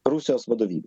rusijos vadovybėj